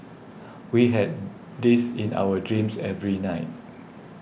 we had this in our dreams every night